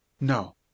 No